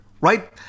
right